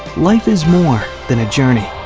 life is more than a journey.